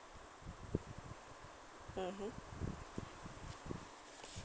mmhmm